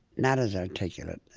not his articulateness,